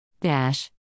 Dash